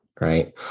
right